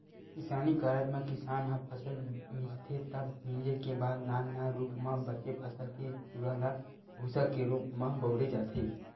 किसानी कारज म किसान ह फसल मिंजथे तब मिंजे के बाद नान नान रूप म बचे फसल के चूरा ल भूंसा के रूप म बउरे जाथे